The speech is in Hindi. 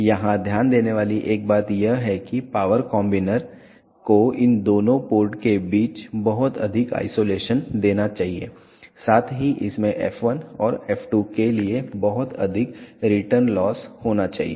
यहां ध्यान देने वाली एक बात यह है कि पावर कॉम्बिनर को इन दोनों पोर्ट के बीच बहुत अधिक आइसोलेशन देना चाहिए और साथ ही इसमें f1 और f2 के लिए बहुत अधिक रिटर्न लॉस होना चाहिए